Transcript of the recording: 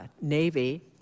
Navy